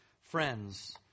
friends